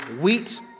wheat